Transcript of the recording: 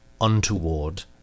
untoward